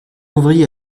ouvrier